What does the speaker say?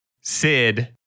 Sid